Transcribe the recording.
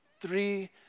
three